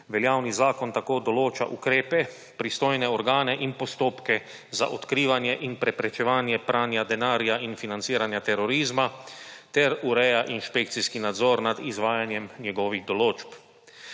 Veljavni zakon tako določa ukrepe, pristojne organe in postopke za odkrivanje in preprečevanje pranja denarja in financiranja terorizma ter ureja inšpekcijski nadzor nad izvajanjem njegovih določb.